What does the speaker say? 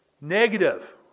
Negative